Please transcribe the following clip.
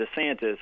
DeSantis